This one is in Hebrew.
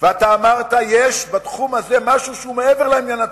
ואתה אמרת: יש בתחום הזה משהו שהוא מעבר לעניין עצמו.